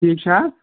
ٹھیٖک چھا